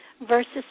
versus